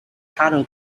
harder